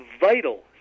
vital